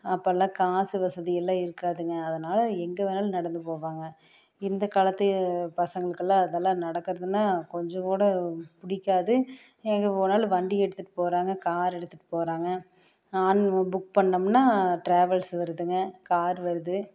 அப்போல்லாம் காசு வசதி எல்லாம் இருக்காதுங்க அதனால எங்கே வேணாலும் நடந்து போவாங்க இந்த காலத்து பசங்களுக்குல்லாம் அதெல்லாம் நடக்கிறதுன்னா கொஞ்சங்கூட பிடிக்காது எங்கே போனாலும் வண்டியை எடுத்துகிட்டு போகிறாங்க கார் எடுத்துகிட்டு போகிறாங்க ஆன் பு புக் பண்ணமுன்னால் டிராவல்ஸ் வருதுங்க கார் வருது